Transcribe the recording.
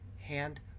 hand